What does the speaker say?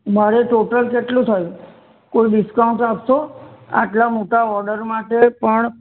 મારે ટોટલ કેટલું થયું કોઈ ડિસ્કાઉન્ટ આપશો આટલા મોટા ઓર્ડર માટે પણ